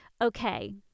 okay